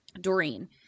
Doreen